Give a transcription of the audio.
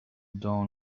dawn